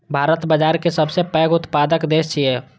भारत बाजारा के सबसं पैघ उत्पादक देश छियै